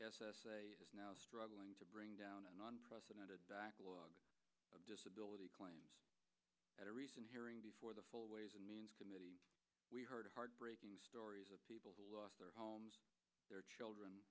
s s a is now struggling to bring down an unprecedented backlog of disability claims at a recent hearing before the full ways and means committee we heard heartbreaking stories of people who lost their homes their children